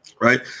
Right